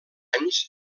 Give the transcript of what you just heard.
anys